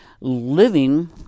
living